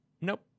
Nope